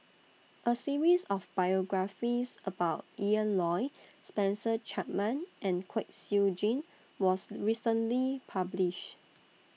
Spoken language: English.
A series of biographies about Ian Loy Spencer Chapman and Kwek Siew Jin was recently published